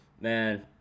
man